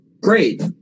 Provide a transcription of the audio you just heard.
Great